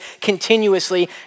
continuously